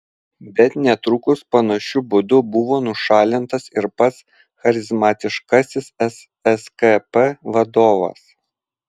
bet netrukus panašiu būdu buvo nušalintas ir pats charizmatiškasis sskp vadovas